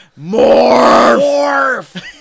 Morph